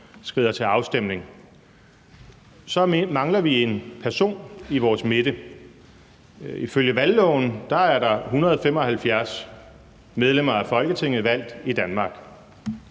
skrider til afstemning. Så mangler vi en person i vores midte. Ifølge valgloven er der 175 medlemmer af Folketinget valgt i Danmark.